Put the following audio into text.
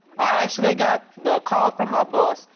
i actually got the call from my boss,